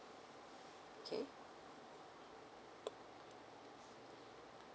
okay